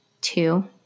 two